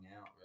out